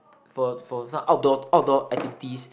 for for some outdoor outdoor activities